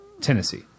Tennessee